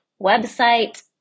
website